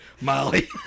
Molly